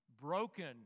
broken